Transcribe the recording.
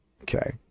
Okay